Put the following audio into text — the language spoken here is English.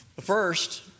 First